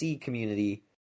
community